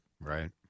Right